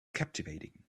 captivating